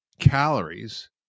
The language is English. calories